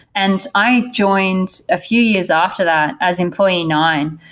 and i joined a few years after that as employee nine,